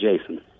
Jason